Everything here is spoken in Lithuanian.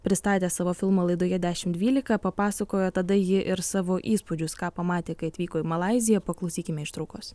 pristatė savo filmą laidoje dešimt dvylika papasakojo tada ji ir savo įspūdžius ką pamatė kai atvyko į malaiziją paklausykime ištraukos